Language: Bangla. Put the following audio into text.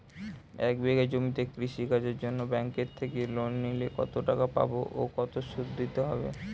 এক বিঘে জমিতে কৃষি কাজের জন্য ব্যাঙ্কের থেকে লোন নিলে কত টাকা পাবো ও কত শুধু দিতে হবে?